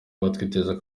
batwizeza